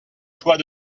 choix